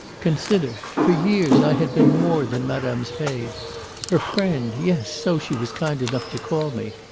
consider! for years i had been more than madame's maid her friend yes, so she was kind enough to call me.